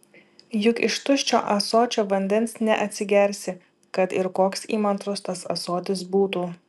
juk iš tuščio ąsočio vandens neatsigersi kad ir koks įmantrus tas ąsotis būtų